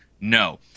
no